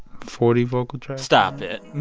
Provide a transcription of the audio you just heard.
forty vocal tracks stop it.